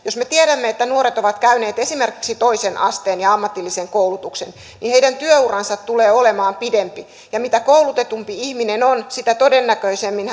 me esimerkiksi tiedämme että jos nuoret ovat käyneet toisen asteen koulutuksen niin heidän työuransa tulee olemaan pidempi ja mitä koulutetumpi ihminen on sitä todennäköisemmin